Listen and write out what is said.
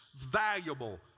valuable